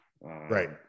Right